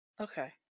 Okay